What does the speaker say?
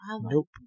nope